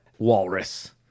walrus